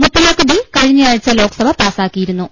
മുത്തലാഖ് bill കഴിഞ്ഞ ആഴ്ച ലോക്സഭ പാസ്സാക്കിയിരു ന്നു